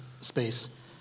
space